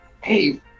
Hey